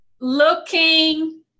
looking